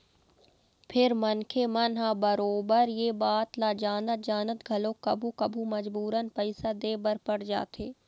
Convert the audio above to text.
फेर मनखे मन ह बरोबर ये बात ल जानत जानत घलोक कभू कभू मजबूरन पइसा दे बर पड़ जाथे